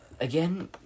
again